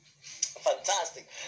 Fantastic